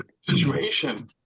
Situation